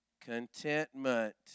contentment